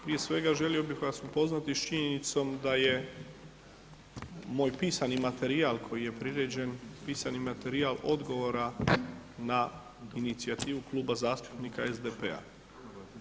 Prije svega želio bih vas upoznati sa činjenicom da je moj pisani materijal koji je priređen, pisani materijal odgovora na inicijativu Kluba zastupnika SDP-a.